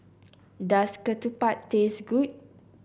does ketupat taste good